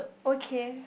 okay